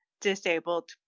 disabled